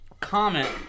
comment